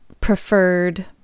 preferred